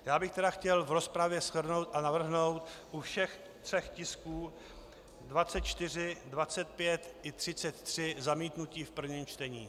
Já bych tedy chtěl v rozpravě shrnout a navrhnout u všech tří tisků 24, 25 i 33 zamítnutí v prvním čtení.